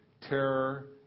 terror